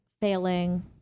failing